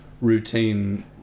routine